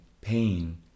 pain